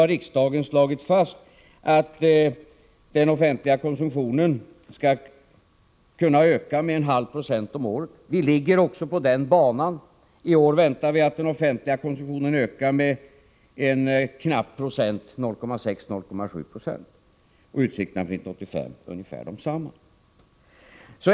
Riksdagen har nu slagit fast att den offentliga konsumtionen skall kunna öka med 0,5 96 om året. Vi är också inne på den banan. I år väntar vi att den offentliga konsumtionen ökar med knappt 1 26, nämligen med 0,6-0,7 96. Utsikterna för 1985 är ungefär desamma.